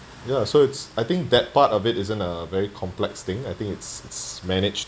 ya so it's I think that part of it isn't a very complex thing I think it's it's managed